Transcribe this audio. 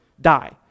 Die